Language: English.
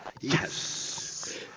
Yes